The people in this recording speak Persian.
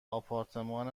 آپارتمان